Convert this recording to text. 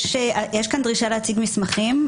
יש כאן דרישה להציג מסמכים.